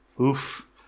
Oof